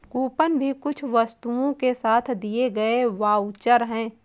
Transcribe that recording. coupon भी कुछ वस्तुओं के साथ दिए गए वाउचर है